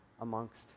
amongst